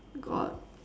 got